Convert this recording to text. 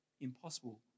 impossible